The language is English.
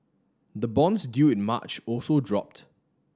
the bonds due in March also dropped